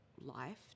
life